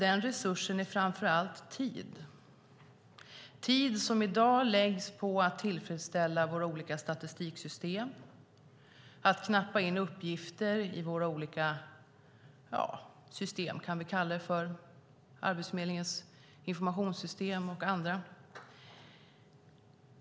En resurs är framför allt tid, tid som i dag läggs på att tillfredsställa våra olika statistiksystem, knappa in uppgifter i våra olika system, Arbetsförmedlingens informationssystem och annat.